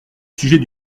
sujet